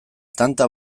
tanta